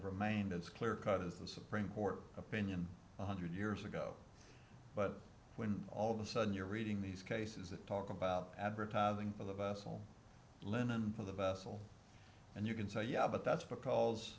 remained as clear cut as the supreme court opinion one hundred years ago but when all the sudden you're reading these cases that talk about advertising for the vessel linen of the vessel and you can say yeah but that's